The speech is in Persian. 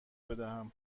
بدهم